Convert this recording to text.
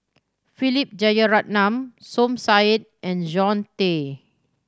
Philip Jeyaretnam Som Said and John Tay